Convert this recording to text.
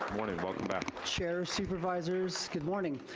morning, welcome back. chair, supervisors, good morning.